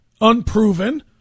unproven